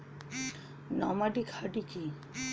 Nomadic হার্ডি কি?